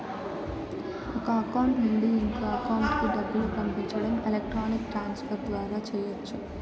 ఒక అకౌంట్ నుండి ఇంకో అకౌంట్ కి డబ్బులు పంపించడం ఎలక్ట్రానిక్ ట్రాన్స్ ఫర్ ద్వారా చెయ్యచ్చు